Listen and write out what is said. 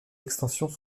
extensions